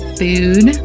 food